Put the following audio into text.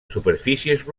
superfícies